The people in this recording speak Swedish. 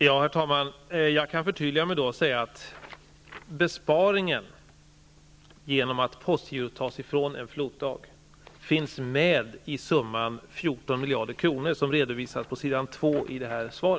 Herr talman! Jag kan förtydliga mig och säga att den besparing vi gör genom att postgirot tas ifrån en floatdag finns med i summan 14 miljarder kronor, som redovisas i mitt svar.